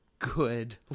good